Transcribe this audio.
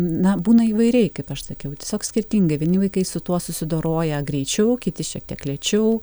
na būna įvairiai kaip aš sakiau tiesiog skirtingai vieni vaikai su tuo susidoroja greičiau kiti šiek tiek lėčiau